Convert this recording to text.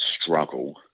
struggle